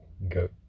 go